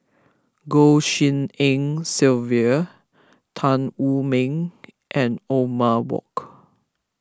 Goh Tshin En Sylvia Tan Wu Meng and Othman Wok